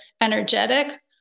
energetic